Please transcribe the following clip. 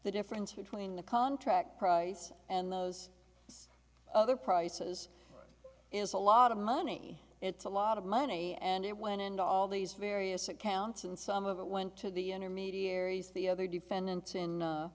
the difference between the contract price and those other prices is a lot of money it's a lot of money and it went into all these various accounts and some of it went to the intermediaries the other defendants in